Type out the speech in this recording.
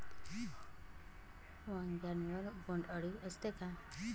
वांग्यावर बोंडअळी असते का?